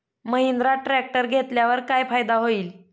Mahindra tractor घेतल्यावर काय फायदा होईल?